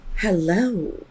Hello